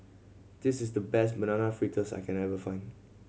this is the best Banana Fritters I can ever find